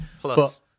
Plus